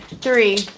three